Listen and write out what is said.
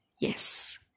Yes